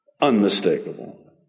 Unmistakable